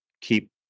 keep